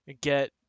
get